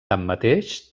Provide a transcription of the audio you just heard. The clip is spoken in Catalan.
tanmateix